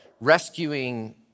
rescuing